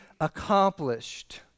accomplished